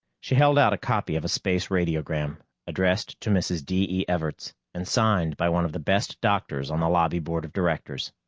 she held out a copy of a space radiogram, addressed to mrs. d. e. everts, and signed by one of the best doctors on the lobby board of directors.